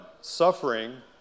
suffering